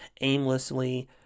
aimlessly